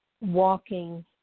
walking